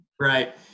Right